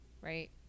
right